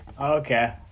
Okay